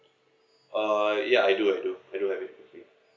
uh ya I do I do I do I do okay